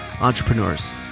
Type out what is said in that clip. Entrepreneurs